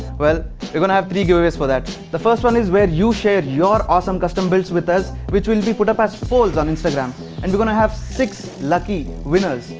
well you're gonna have three giveaways for that? the first one is where you share your awesome custom builds with us. which will be put up as polls on instagram and we're gonna have six lucky winners!